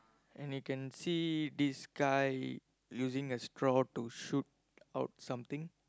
and I can see this guy using a straw to shoot out something